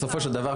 בסופו של דבר,